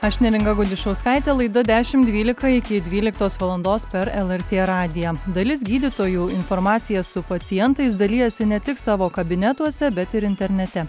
aš neringa gudišauskaitė laida dešimt dvylika iki dvyliktos valandos per lrt radiją dalis gydytojų informacija su pacientais dalijasi ne tik savo kabinetuose bet ir internete